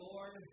Lord